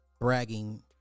bragging